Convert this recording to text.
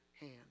hand